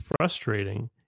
frustrating